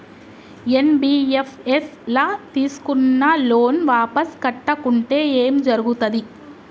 NBFS ల తీస్కున్న loan వాపస్ కట్టకుంటే ఏం జర్గుతది?